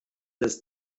des